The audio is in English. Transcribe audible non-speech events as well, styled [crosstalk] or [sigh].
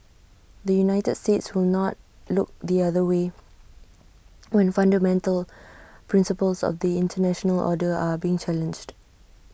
the united states will not look the other way when [noise] fundamental principles of the International order are being challenged